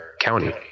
county